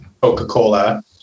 Coca-Cola